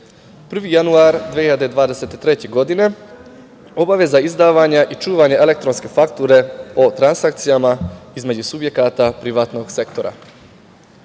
1. januar 2023. godine – obaveza izdavanja i čuvanja elektronske fakture o transakcijama između subjekata privatnog sektora. Znači,